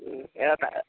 ഏ